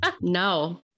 no